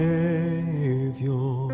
Savior